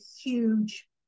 huge